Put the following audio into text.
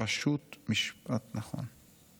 פשוט משפט נכון.